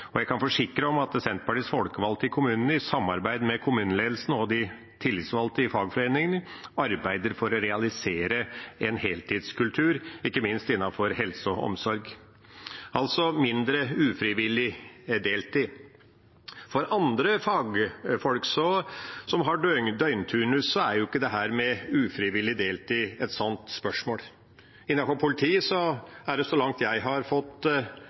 Jeg kan forsikre om at Senterpartiets folkevalgte i kommunene, i samarbeid med kommuneledelsen og de tillitsvalgte i fagforeningene, arbeider for å realisere en heltidskultur, ikke minst innenfor helse og omsorg – altså mindre ufrivillig deltid. For andre fagfolk som har døgnturnus, er ikke dette med ufrivillig deltid et stort spørsmål. Innenfor politiet er det, så langt jeg har fått